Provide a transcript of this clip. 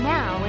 Now